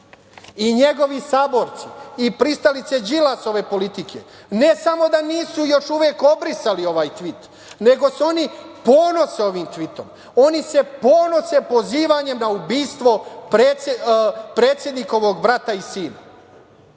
i njegovi saborci i pristalice Đilasove politike, ne samo da nisu još uvek obrisali ovaj tvit, nego se oni ponose ovim tvitom. Oni se ponose pozivanjem na ubistvo predsednikovog brata i sina.